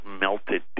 melted